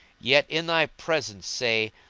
yet in thy presence, say,